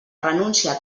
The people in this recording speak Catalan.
renúncia